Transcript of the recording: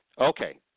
Okay